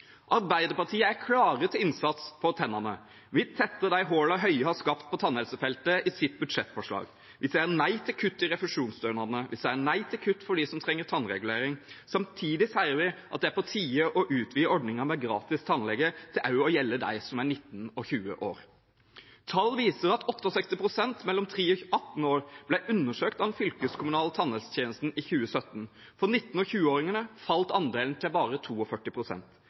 Arbeiderpartiet er klar til innsats for tennene. Vi tetter de hullene Høie har skapt på tannhelsefeltet i sitt budsjettforslag. Vi sier nei til kutt i refusjonsstønadene, vi sier nei til kutt for dem som trenger tannregulering. Samtidig sier vi at det er på tide å utvide ordningen med gratis tannlege til også å gjelde dem som er 19 og 20 år. Tall viser at 68 pst. mellom 3 og 18 år ble undersøkt av den fylkeskommunale tannhelsetjenesten i 2017. For 19- og 20-åringene falt andelen til bare